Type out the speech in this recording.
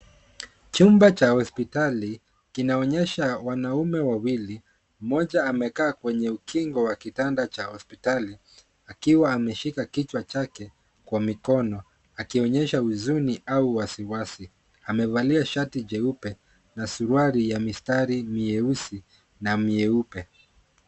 Chumba cha hospitali kinaonyesha wanaume wawili, mmoja amekaa kwenye ukingo wa kitanda cha hospitali akiwa ameshika kichwa chake kwa mikono akionyesha huzuni au wasiwasi. Amevalia shati jeupe na suruali ya mistari mieusi na mieupe.